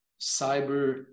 cyber